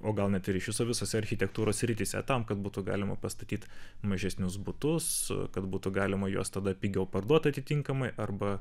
o gal net ryšius visose architektūros srityse tam kad būtų galima pastatyt mažesnius butus kad būtų galima juos tada pigiau parduot atitinkamai arba